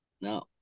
no